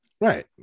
Right